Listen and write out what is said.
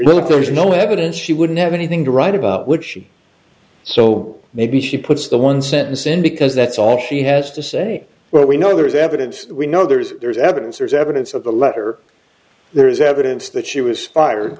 there's no evidence she wouldn't have anything to write about would she so maybe she puts the one sentence in because that's all she has to say well we know there is evidence we know there's there's evidence there's evidence of the letter there is evidence that she was fired